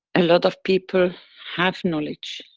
a lot of people have knowledge,